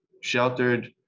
sheltered